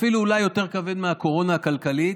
אפילו אולי יותר כבד מהקורונה הכלכלית.